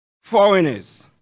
foreigners